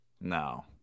No